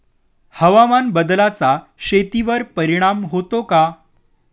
हवामान बदलाचा शेतीवर परिणाम होतो का?